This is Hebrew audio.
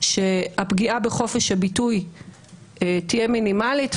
שהפגיעה בחופש הביטוי תהיה מינימאלית,